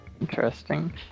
Interesting